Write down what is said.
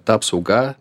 ta apsauga